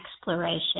exploration